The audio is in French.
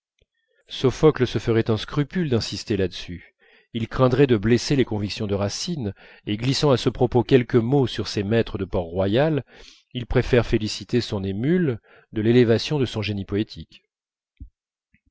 sophocle se ferait un scrupule d'insister là-dessus il craindrait de blesser les convictions de racine et glissant à ce propos quelques mots sur ses maîtres de port-royal il préfère féliciter son émule de l'élévation de son génie poétique